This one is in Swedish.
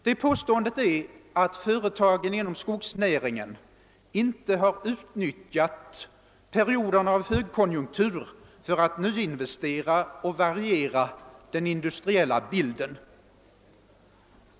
Det är påståendet att företagen inom skogsnäringen inte har utnyttjat perioderna av högkonjunktur för att nyinvestera och variera den industriella bilden.